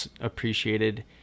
appreciated